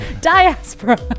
Diaspora